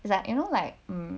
it's like you know like